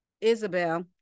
Isabel